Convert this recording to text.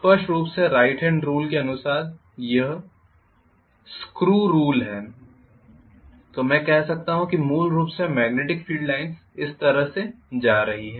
स्पष्ट रूप से राइट हॅंड रूल के अनुसार यह स्क्रू रूल है तो मैं कह सकता हूँ कि मूल रूप से मेग्नेटिक फील्ड लाइन्स इस तरह से जा रही हैं